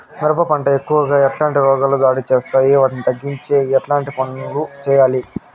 మిరప పంట కు ఎక్కువగా ఎట్లాంటి రోగాలు దాడి చేస్తాయి వాటిని తగ్గించేకి ఎట్లాంటి పనులు చెయ్యాలి?